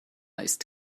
ist